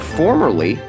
formerly